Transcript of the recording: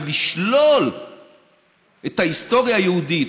ולשלול את ההיסטוריה היהודית,